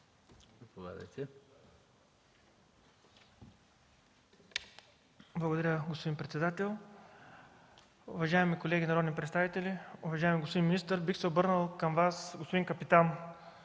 Благодаря, господин председател. Уважаеми колеги народни представители, уважаеми господин министър! Бих се обърнал към Вас, господин капитан,